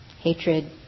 hatred